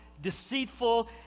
deceitful